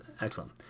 excellent